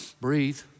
Breathe